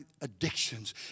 Addictions